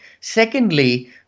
Secondly